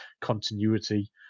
continuity